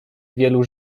wielu